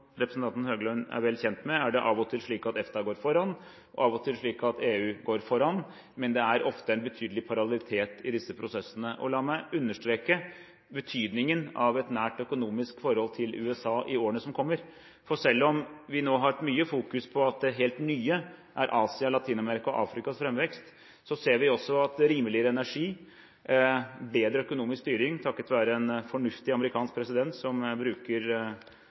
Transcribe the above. representanten Høglund er vel kjent med, er det av og til slik at EFTA går foran, og av og til slik at EU går foran, men det er ofte en betydelig parallellitet i disse prosessene. La meg understreke betydningen av et nært økonomisk forhold til USA i årene som kommer. Selv om vi nå har hatt mye fokus på at det helt nye er Asia, Latin-Amerika og Afrikas framvekst, gjør rimeligere energi og bedre økonomisk styring – takket være en fornuftig amerikansk president som bruker